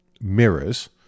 mirrors